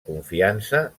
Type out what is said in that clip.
confiança